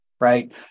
Right